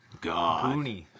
God